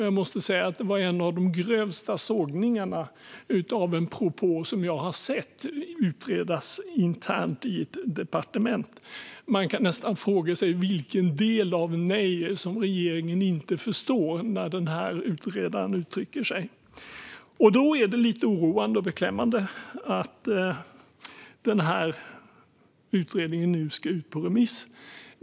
Jag måste säga att det var en av de grövsta sågningar av en propå som jag har sett utredas internt i ett departement. Man kan nästan fråga sig vilken del av nej som regeringen inte förstår när denne utredare uttrycker sig. Då är det lite oroande och beklämmande att denna utredning nu ska ut på remiss.